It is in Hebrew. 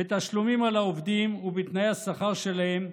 בתשלומים על העובדים ובתנאי השכר שלהם,